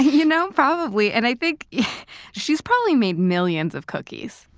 you know, probably, and i think yeah she's probably made millions of cookies.